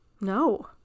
No